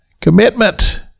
Commitment